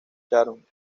sharon